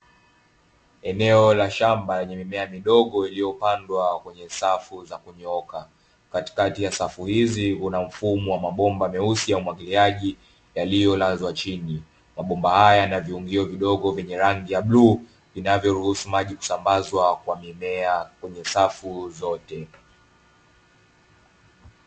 Eneo la shamba lenye mimea midogo iliyopandwa kwenye safu za kunyooka, katikati ya safu hizi kuna mfumo wa mabomba meusi ya umwagiliaji yaliyolazwa chini, mabomba haya yanaviungio vidogo vyenye rangi ya bluu vinavyoruhusu maji kusambazwa kwa mimea kwenye safu zote.